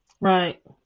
right